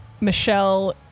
Michelle